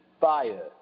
fire